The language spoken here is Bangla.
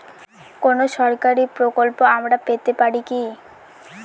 কোন সরকারি প্রকল্প আমরা পেতে পারি কি?